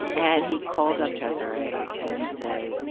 and he called up cesare and said,